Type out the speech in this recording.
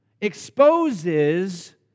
exposes